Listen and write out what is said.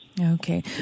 Okay